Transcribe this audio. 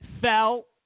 fell